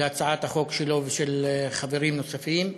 להצעת החוק שלו ושל חברים נוספים.